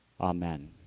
Amen